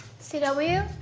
c w?